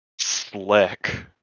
slick